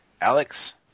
Alex